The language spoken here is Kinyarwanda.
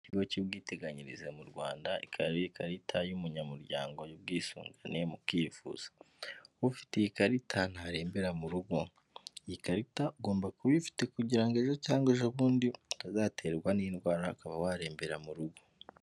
Ikigo cy'ubwiteganyirize mu Rwanda, ikaba ari ikarita y'umunyamuryango y'ubwisungane mu kwivuza. Ufite iyi ikarita ntarembera mu rugo. Iyi karita ugomba kuba uyifite kugira ejo cyangwa ejobundi utazaterwa n'indwara ukaba warembera mu rugo.